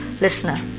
listener